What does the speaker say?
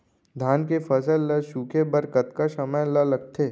धान के फसल ल सूखे बर कतका समय ल लगथे?